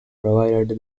provided